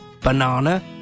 banana